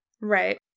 Right